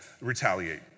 retaliate